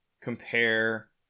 compare